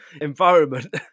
environment